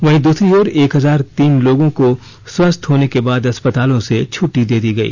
वहीं दूसरी ओर एक हजार तीन लोगों को स्वस्थ होने के बाद अस्पतालों से छुट्टी दे दी गई